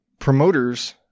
promoters